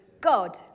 God